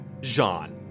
Jean